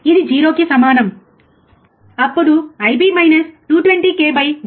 ఇది 0 కి సమానం అప్పుడు IB మైనస్ 220 k బై 0